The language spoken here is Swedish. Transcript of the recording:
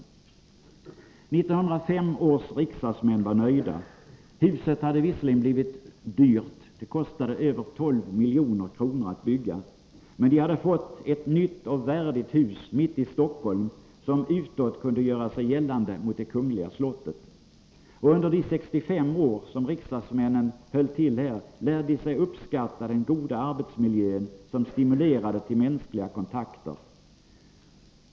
1905 års riksdagsmän var nöjda. Huset hade visserligen blivit dyrt — det kostade över 12 milj.kr. att bygga — men de hade fått ett nytt och värdigt hus mitt i Stockholm, som utåt kunde göra sig gällande mot det kungliga slottet. Under de 65 år som riksdagsmännen höll till här lärde de sig uppskatta den goda arbetsmiljön, som stimulerade till mänskliga kontakter.